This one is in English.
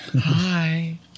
Hi